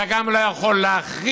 אתה גם לא יכול להכריח